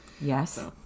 Yes